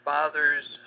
Father's